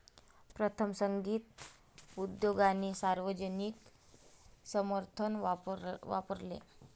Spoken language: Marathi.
प्रथम, संगीत उद्योगाने सार्वजनिक समर्थन वापरले